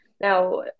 Now